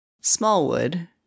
Smallwood